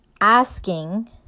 asking